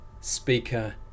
speaker